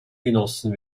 genossen